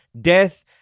death